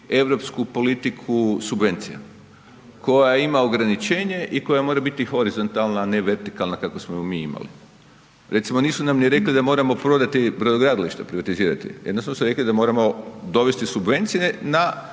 europsku politiku subvencija koja ima ograničenje i koja mora biti horizontalna, a ne vertikalna kako smo ju mi imali. Recimo nisu nam ni rekli da moramo prodati brodogradilišta, privatizirati. Jedino što su rekli da moramo dovesti subvencije na